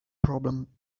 problem